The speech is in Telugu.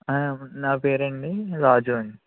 ఆ నా పేరా అండి రాజు అండి